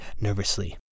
nervously